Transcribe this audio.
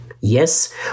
Yes